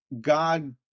God